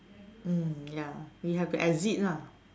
mm ya we have to exit lah